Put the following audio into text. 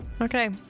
Okay